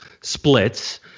splits